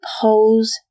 pose